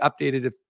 updated